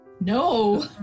No